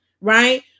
right